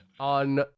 On